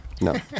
no